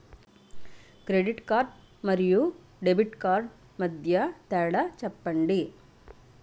Credit card మరియు debit card మధ్య తేడా ఎంటి?